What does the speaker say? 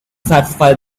satisfy